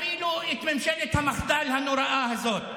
לא נמצא אפילו ארבעה-חמישה ח"כים שיפילו את ממשלת המחדל הנוראה הזאת.